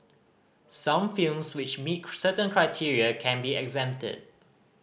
some films which meet certain criteria can be exempted